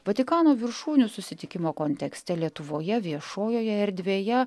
vatikano viršūnių susitikimo kontekste lietuvoje viešojoje erdvėje